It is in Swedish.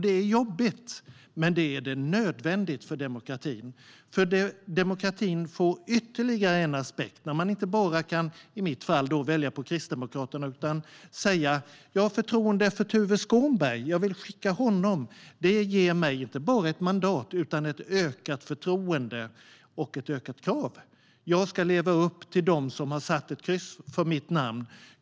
Det är jobbigt, men det är nödvändigt för demokratin. Demokratin får ytterligare en aspekt då man inte bara, som i mitt fall, kan välja att rösta på Kristdemokraterna utan kan säga: Jag har förtroende för Tuve Skånberg, och jag vill skicka honom. Det ger mig inte bara ett mandat utan ett ökat förtroende och ett ökat krav. Det handlar om att leva upp till de krav som ställts av dem som har satt ett kryss för mitt namn.